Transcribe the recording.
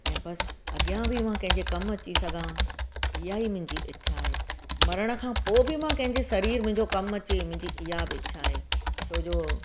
ऐं बसि अॻियां बि मां कंहिं खे कमु अची सघां इहा ई मुंहिंजी इछा आहे मरण खां पोइ बि मां कंहिं जे सरीरु मुंहिंजो कमु अचे मुंहिंजी इहा बि इछा आहे छो जो